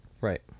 Right